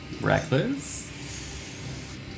Reckless